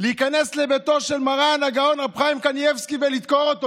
להיכנס לביתו של מרן הגאון רבי חיים קנייבסקי ולדקור אותו,